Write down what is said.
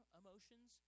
emotions